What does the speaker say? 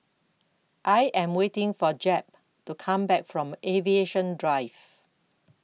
I Am waiting For Jep to Come Back from Aviation Drive